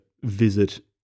visit